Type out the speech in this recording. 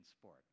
sport